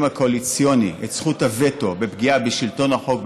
בהסכם הקואליציוני את זכות הווטו נגד פגיעה בשלטון החוק,